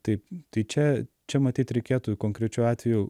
taip tai čia čia matyt reikėtų konkrečių atvejų